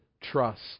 trust